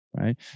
right